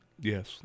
Yes